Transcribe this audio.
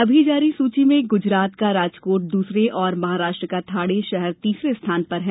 अभी जारी सूची में गुजरात का राजकोट दूसरे और महाराष्ट्र का ठाणे शहर तीसरे स्थान पर हैं